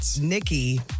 Nikki